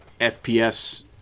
FPS